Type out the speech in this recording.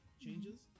changes